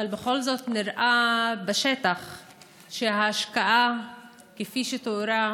אבל בכל זאת נראה שההשקעה כפי שתוארה